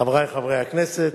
חברי חברי הכנסת,